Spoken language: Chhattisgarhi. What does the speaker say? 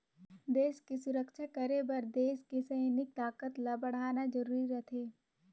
देस के सुरक्छा करे बर देस के सइनिक ताकत ल बड़हाना जरूरी रथें